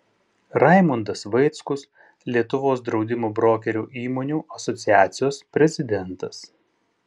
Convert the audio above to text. raimundas vaickus lietuvos draudimo brokerių įmonių asociacijos prezidentas